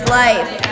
life